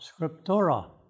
scriptura